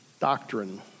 doctrine